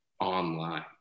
online